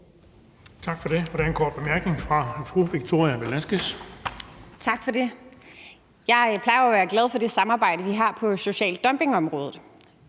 Tak for det. Og der er en kort bemærkning fra fru Victoria Velasquez. Kl. 16:50 Victoria Velasquez (EL): Tak for det. Jeg plejer jo at være glad for det samarbejde, vi har på social dumping-området,